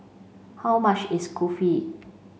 how much is Kulfi